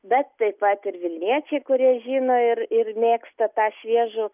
bet taip pat ir vilniečiai kurie žino ir ir mėgsta tą šviežų